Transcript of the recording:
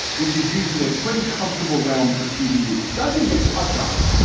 which is usually a pretty comfortable realm for tv news. doesn't even touch on it.